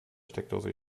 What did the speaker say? steckdose